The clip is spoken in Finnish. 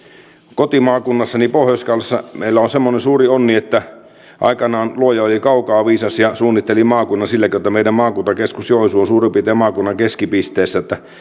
kotimaakunnassani pohjois karjalassa meillä on semmoinen suuri onni että aikoinaan luoja oli kaukaa viisas ja suunnitteli maakunnan sillä keinoin että meidän maakuntakeskuksemme joensuu on suurin piirtein maakunnan keskipisteessä että